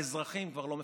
והאזרחים כבר לא מפחדים,